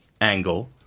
angle